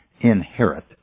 inherit